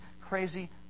crazy